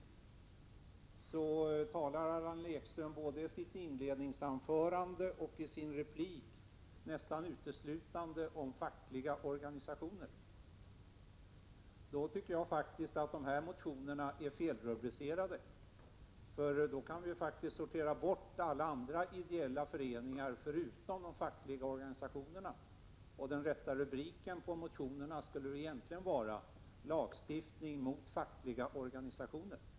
Jag kan nu konstatera att Allan Ekström både i sitt inledningsanförande och i sin replik nästan uteslutande talade om fackliga organisationer. Av den anledningen tycker jag faktiskt att motionerna är felrubricerade. Vi skulle alltså kunna sortera bort alla ideella föreningar förutom de fackliga organisationerna. Den rätta rubriken på motionerna borde då egentligen vara Lagstiftning mot fackliga organisationer.